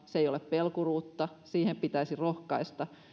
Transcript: se ei ole pelkuruutta siihen pitäisi rohkaista